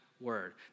word